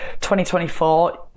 2024